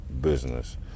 business